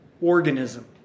organism